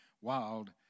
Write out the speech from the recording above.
wild